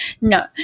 no